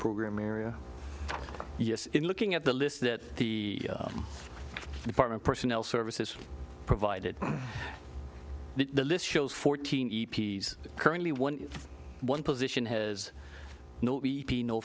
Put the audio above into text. program area yes in looking at the list that the department personnel services provided the list shows fourteen e p a s currently one one position has no no